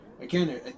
Again